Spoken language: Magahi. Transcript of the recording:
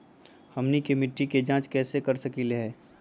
हमनी के मिट्टी के जाँच कैसे कर सकीले है?